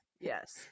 Yes